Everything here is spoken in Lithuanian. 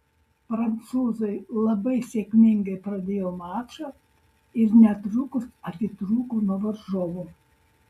prancūzai labai sėkmingai pradėjo mačą ir netrukus atitrūko nuo varžovų